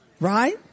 right